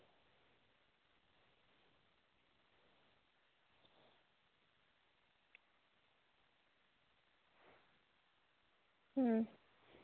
ᱦᱩᱸ